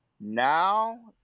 Now